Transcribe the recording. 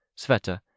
Sveta